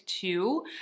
two